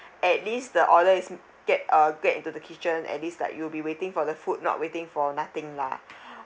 at least the order is get uh get into the kitchen at least like you'll be waiting for the food not waiting for nothing lah